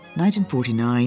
1949